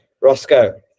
Roscoe